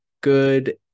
good